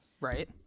right